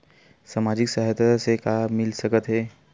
सामाजिक सहायता से का मिल सकत हे?